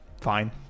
fine